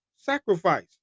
sacrifice